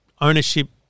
ownership